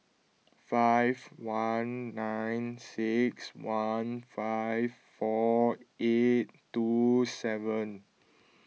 five one nine six one five four eight two seven